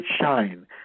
shine